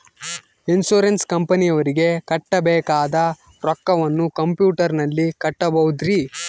Insurance ಕಂಪನಿಯವರಿಗೆ ಕಟ್ಟಬೇಕಾದ ರೊಕ್ಕವನ್ನು ಕಂಪ್ಯೂಟರನಲ್ಲಿ ಕಟ್ಟಬಹುದ್ರಿ?